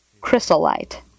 chrysolite